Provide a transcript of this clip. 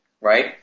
right